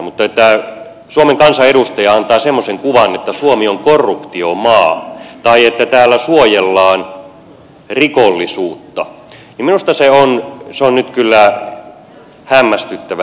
mutta jos suomen kansan edustaja antaa semmoisen kuvan että suomi on korruptiomaa tai että täällä suojellaan rikollisuutta niin minusta se on nyt kyllä hämmästyttävä väite